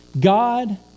God